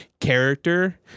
character